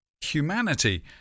Humanity